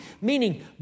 meaning